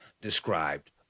described